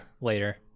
Later